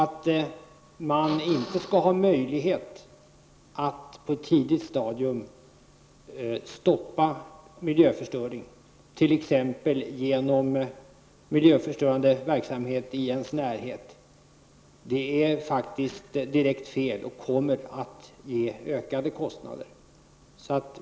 Att inte få möjlighet att på ett tidigt stadium stoppa miljöförstöringen, t.ex. miljöförstörande verksamhet i ens närhet, är direkt fel och kommer att leda till ökade kostnader.